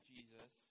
Jesus